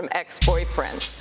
ex-boyfriends